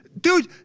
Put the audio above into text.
dude